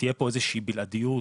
תהיה פה איזושהי בלעדיות,